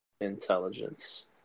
intelligence